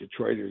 Detroiters